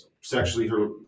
sexually